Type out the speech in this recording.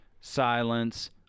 silence